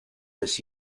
this